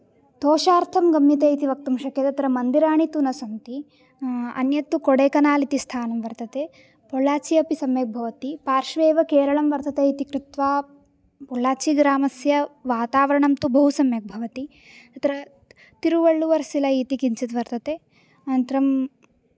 तोषार्थं गम्यते इति वक्तुं शक्यते तत्र मन्दिराणि तु न सन्ति अन्यत्तु कोडेकेनाल् इति स्थानं वर्तते पोळाचि अपि सम्यग्भवति पार्श्वे एव केरळं वर्तते इति कृत्वा पोळाचिग्रामस्य वातावरणं तु बहु सम्यक् भवति तत्र तिरुवळ्ळुवर् सिलै इति किञ्चिद्वर्तते अनन्तरं